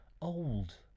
old